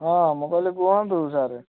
ହଁ ମୁଁ କହିଲି କୁହନ୍ତୁ ସାର୍